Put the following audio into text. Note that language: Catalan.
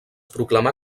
proclamà